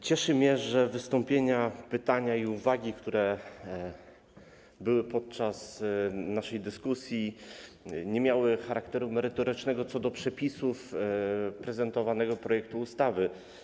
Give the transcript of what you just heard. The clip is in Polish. Cieszy mnie, że wystąpienia, pytania i uwagi, które były wygłoszone podczas naszej dyskusji, nie miały charakteru merytorycznego co do przepisów prezentowanego projektu ustawy.